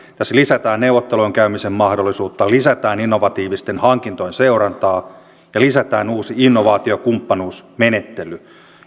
tässä lisätään neuvottelujen käymisen mahdollisuutta lisätään innovatiivisten hankintojen seurantaa ja lisätään uusi innovaatiokumppanuusmenettely